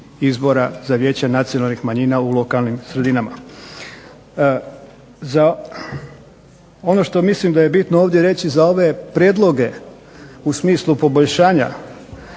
izbora za vijeće nacionalnih manjina u lokalnim sredinama. Za ono što mislim da je bitno ovdje reći za ove prijedloge u smislu poboljšanja